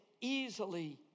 easily